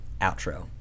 outro